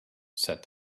said